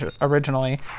originally